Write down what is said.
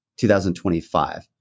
2025